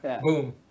Boom